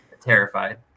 terrified